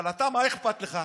אבל אתה, מה אכפת לך?